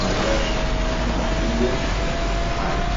Magari makubwa ya kifahari